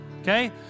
okay